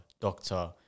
doctor